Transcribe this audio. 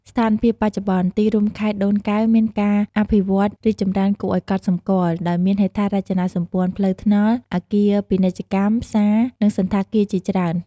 ស្ថានភាពបច្ចុប្បន្ន ទីរួមខេត្តដូនកែវមានការអភិវឌ្ឍរីកចម្រើនគួរឱ្យកត់សម្គាល់ ដោយមានហេដ្ឋារចនាសម្ព័ន្ធផ្លូវថ្នល់ អគារពាណិជ្ជកម្ម ផ្សារ និងសណ្ឋាគារជាច្រើន។